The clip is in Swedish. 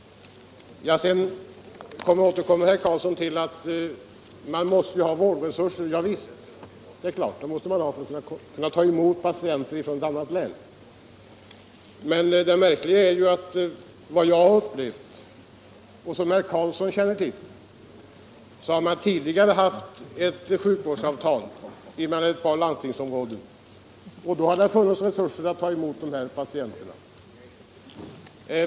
Sedan återkom herr Karlsson till detta med vårdresurser. Ja, visst måste landstingen ha vårdresurser för att kunna ta emot patienter från ett annat län. Men det märkliga är — och det känner också herr Karlsson till — att man tidigare har haft ett sjukvårdsavtal mellan ett par landstingsområden, och då har det funnits resurser att ta emot dessa patienter.